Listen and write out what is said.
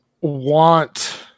want